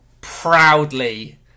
proudly